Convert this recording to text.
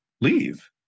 leave